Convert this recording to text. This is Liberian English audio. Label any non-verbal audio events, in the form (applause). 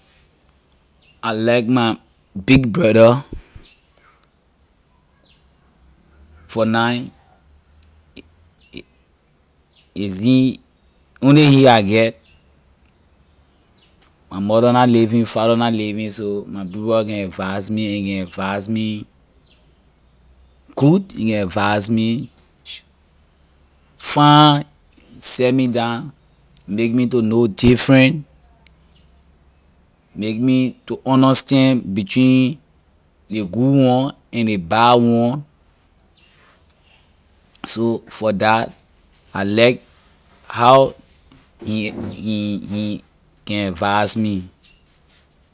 I like my big brother for now (hesitation) is he only he I get my mother na living father na living so my big brother can advise me and he can advise me good he can advise me fine sit me down make me to know different make me to understand between ley good one and ley bad one so for that I like how he can he he can advise me.